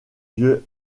vieux